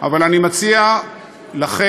אבל אני מציע לכם,